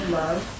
love